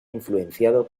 influenciado